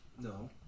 No